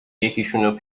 یکیشون